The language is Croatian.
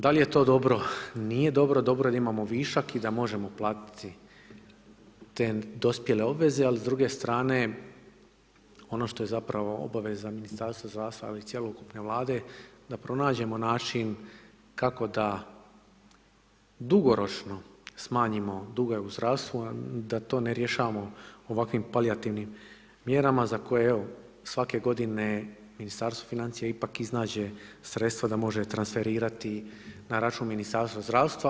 Da li je to dobro, nije dobro, dobro je da imamo višak i da možemo platiti te dospjele obveze, a s druge strane, ono što je zapravo obveza Ministarstva zdravstva, ali i cjelokupne vlade, da pronađemo način, kako da dugoročno smanjimo dugove u zdravstvu, da to ne rješavamo ovako palijativnim mjerama, za koje evo, svake g. Ministarstvo financija ipak iznađe sredstva da može transferirati na račun Ministarstva zdravstva.